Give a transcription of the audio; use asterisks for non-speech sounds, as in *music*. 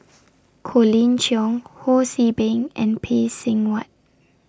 *noise* Colin Cheong Ho See Beng and Phay Seng Whatt